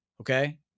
okay